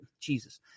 jesus